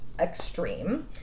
extreme